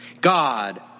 God